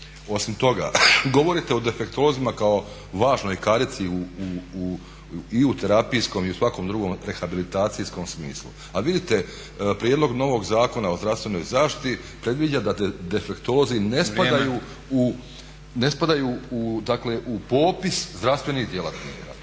Osim toga, govorite o defektolozima kao važnoj karici i u terapijskom i u svakom drugom rehabilitacijskom smislu a vidite prijedlog novog Zakona o zdravstvenoj zaštiti predviđa da defektolozi ne spadaju u popis zdravstvenih djelatnika.